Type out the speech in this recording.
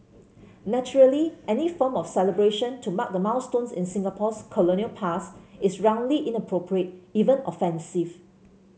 naturally any form of celebration to mark the milestones in Singapore's colonial past is roundly inappropriate even offensive